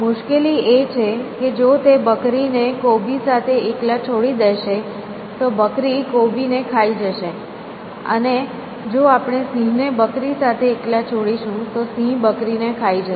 મુશ્કેલી એ છે કે જો તે બકરીને કોબી સાથે એકલા છોડી દેશે તો બકરી કોબીને ખાઈ જશે અને જો આપણે સિંહને બકરી સાથે એકલા છોડીશું તો સિંહ બકરીને ખાઈ જશે